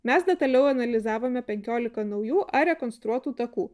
mes detaliau analizavome penkiolika naujų ar rekonstruotų takų